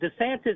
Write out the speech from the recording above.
DeSantis